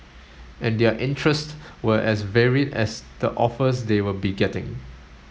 and their interests were as varied as the offers they will be getting